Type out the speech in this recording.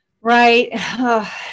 Right